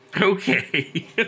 okay